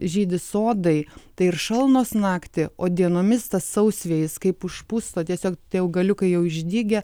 žydi sodai tai ir šalnos naktį o dienomis tas sausvėjis kaip užpusto tiesiog tai augaliukai jau išdygę